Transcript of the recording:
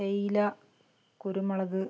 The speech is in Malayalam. തേയില കുരുമുളക്